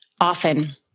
often